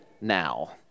now